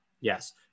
Yes